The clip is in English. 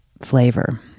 flavor